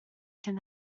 can